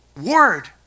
word